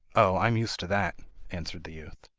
oh, i am used to that answered the youth.